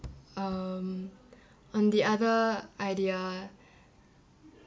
um on the other idea